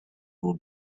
will